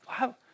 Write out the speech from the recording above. wow